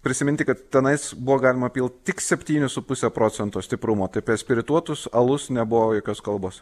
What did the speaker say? prisiminti kad tenais buvo galima pilt tik septynis su puse procento stiprumo tai apie spirituotus alus nebuvo jokios kalbos